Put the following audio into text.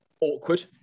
awkward